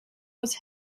was